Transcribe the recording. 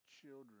children